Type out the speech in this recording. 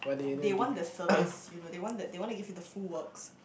they want the service you know they want the they want to give you the full works